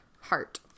heart